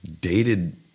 dated